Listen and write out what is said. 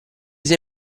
sei